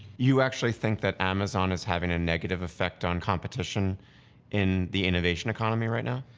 you actually think that amazon is having a negative effect on competition in the innovation economy right now?